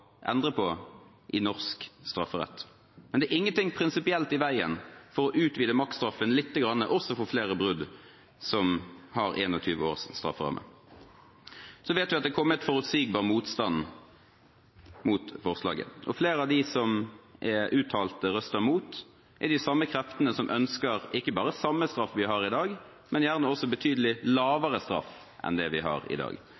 endre på i norsk strafferett, men det er ingenting prinsipielt i veien for å utvide maksstraffen litt også for flere lovbrudd som har 21 års strafferamme. Så vet vi at det har kommet forutsigbar motstand mot forslaget. Flere av dem som er uttalte røster mot, er de samme kreftene som ønsker ikke bare samme straff som vi har i dag, men gjerne også betydelig lavere straff enn det vi har i dag.